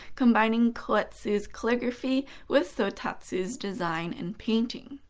combining koetsu's calligraphy with sotatsu's design and painting.